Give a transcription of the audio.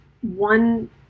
one